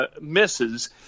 Misses